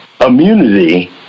immunity